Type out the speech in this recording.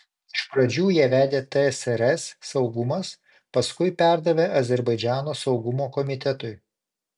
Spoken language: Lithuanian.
iš pradžių ją vedė tsrs saugumas paskui perdavė azerbaidžano saugumo komitetui